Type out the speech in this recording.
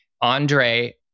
Andre